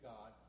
God